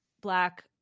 Black